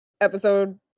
episode